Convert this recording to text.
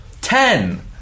Ten